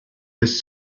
his